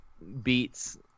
beats